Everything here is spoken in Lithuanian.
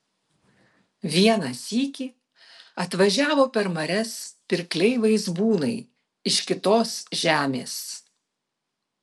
vieną sykį atvažiavo per marias pirkliai vaizbūnai iš kitos žemės